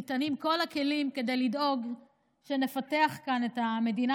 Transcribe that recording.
ניתנים כל הכלים כדי לדאוג שנפתח כאן את המדינה